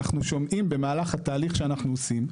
אנחנו שומעים במהלך התהליך שאנחנו עושים,